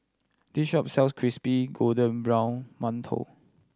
this shop sells crispy golden brown mantou